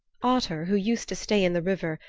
otter, who used to stay in the river,